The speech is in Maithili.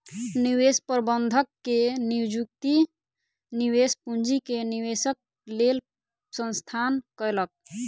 निवेश प्रबंधक के नियुक्ति निवेश पूंजी के निवेशक लेल संस्थान कयलक